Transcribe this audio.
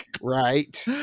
right